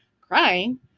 crying